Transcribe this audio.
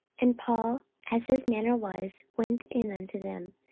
and paul, as his manner was, went in unto them,